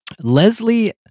Leslie